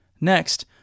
Next